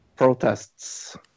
protests